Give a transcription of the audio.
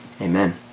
Amen